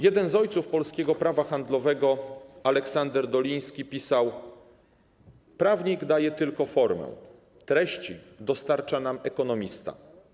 Jeden z ojców polskiego prawa handlowego Aleksander Doliński pisał: Prawnik daje tylko formę, treści dostarcza nam ekonomista.